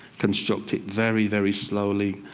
construct it very, very slowly,